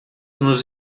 nos